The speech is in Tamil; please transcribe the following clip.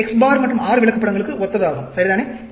இது X பார் மற்றும் R விளக்கப்படங்களுக்கு ஒத்ததாகும் சரிதானே